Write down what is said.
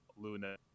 Luna